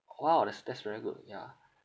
!wow! that's that's very good yeah